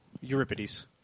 Euripides